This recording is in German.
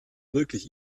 wirklich